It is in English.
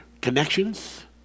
connections